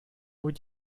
would